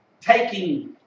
taking